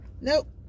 Nope